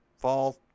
fall